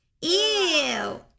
Ew